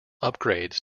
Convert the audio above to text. upgrades